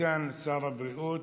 סגן שר הבריאות